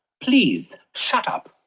please shut up.